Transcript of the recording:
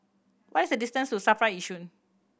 what is the distance to SAFRA Yishun